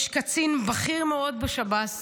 יש קצין בכיר מאוד בשב"ס